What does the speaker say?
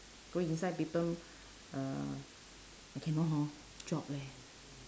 go inside people uh I cannot hor job leh